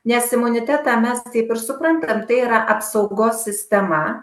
nes imunitetą mes taip ir suprantam tai yra apsaugos sistema